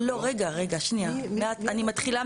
ברגע שיש לך